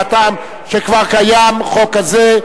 מהטעם שכבר קיים חוק כזה.